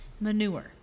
manure